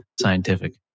scientific